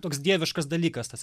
toks dieviškas dalykas tas